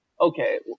Okay